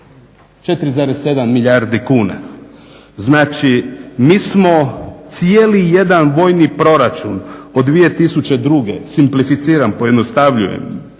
4,7 milijardi kuna. Znači mi smo cijeli jedan vojni proračun od 2002.simplicifiram pojednostavljujem